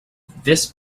this